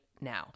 now